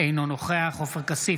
אינו נוכח עופר כסיף,